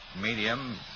Medium